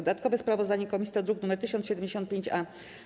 Dodatkowe sprawozdanie komisji to druk nr 1075-A.